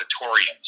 auditoriums